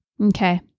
Okay